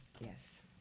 Yes